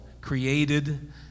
created